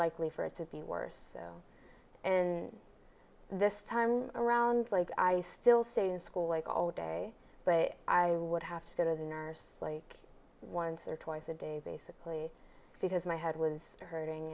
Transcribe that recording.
likely for it to be worse in this time around like i still say to school like all day but i would have been to the nurse like once or twice a day basically because my head was hurting